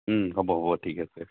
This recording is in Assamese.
হ'ব হ'ব ঠিক আছে